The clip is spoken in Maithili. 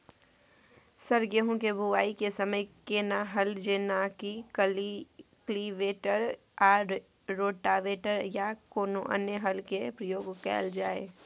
सर गेहूं के बुआई के समय केना हल जेनाकी कल्टिवेटर आ रोटावेटर या कोनो अन्य हल के प्रयोग कैल जाए?